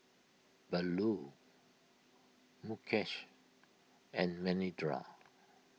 Bellur Mukesh and Manindra